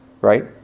Right